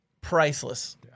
Priceless